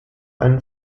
einen